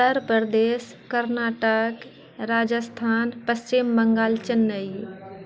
Uttar Pradesh Karnataka Rajasthan Paschim Bangal Chennai